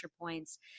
points